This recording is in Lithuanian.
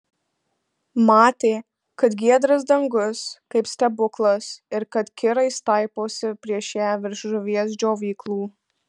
matė kad giedras dangus kaip stebuklas ir kad kirai staiposi prieš ją virš žuvies džiovyklų